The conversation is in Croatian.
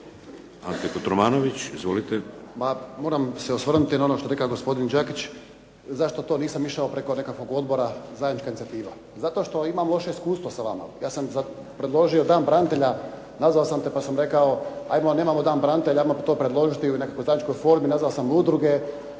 Ante Kotromanović. Izvolite.